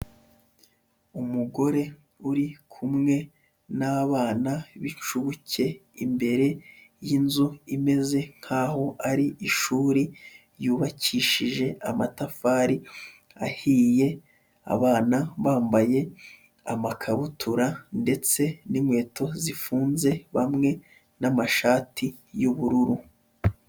Umugore uri kumwe n'abana b'incuke imbere y'inzu imeze nk'aho ari ishuri, yubakishije amatafari ahiye, abana bambaye amakabutura ndetse n'inkweto zifunze bamwe n'amashati y'ubururu.